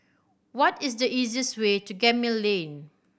what is the easiest way to Gemmill Lane